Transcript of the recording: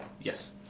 Yes